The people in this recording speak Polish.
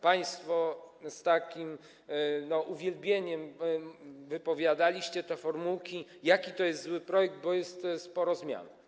Państwo z takim uwielbieniem wypowiadaliście te formułki, jaki to jest zły projekt, bo jest sporo zmian.